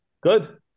Good